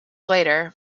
later